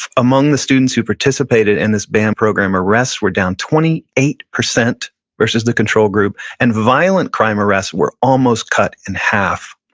among the students who participated in this bam program, arrests were down twenty eight percent versus the control group, and violent crime arrests were almost cut in half.